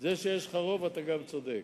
זה שיש לך רוב אומר שאתה גם צודק,